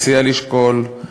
מציע לשקול,